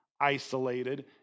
isolated